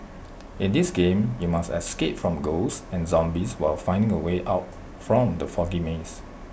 in this game you must escape from ghosts and zombies while finding the way out from the foggy maze